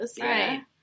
Right